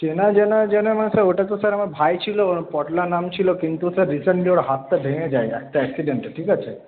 চেনা জানা জানা মানে স্যার ওইটা তো স্যার আমার ভাই ছিল পটলা নাম ছিল কিন্তু স্যার রিসেন্টলি ওর হাতটা ভেঙে যায় একটা অ্যাক্সিডেন্টে ঠিক আছে